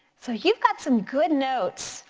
so you've got some good notes